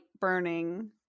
burning